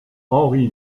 henri